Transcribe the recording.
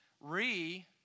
Re